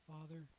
Father